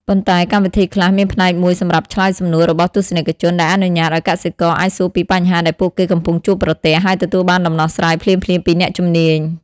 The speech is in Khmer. ប៉ុន្តែកម្មវិធីខ្លះមានផ្នែកមួយសម្រាប់ឆ្លើយសំណួររបស់ទស្សនិកជន ដែលអនុញ្ញាតឲ្យកសិករអាចសួរពីបញ្ហាដែលពួកគេកំពុងជួបប្រទះ ហើយទទួលបានដំណោះស្រាយភ្លាមៗពីអ្នកជំនាញ។